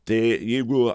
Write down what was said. tai jeigu